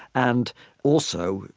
and also,